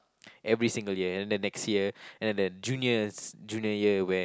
every single year and then the next year and then the juniors junior year where